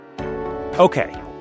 Okay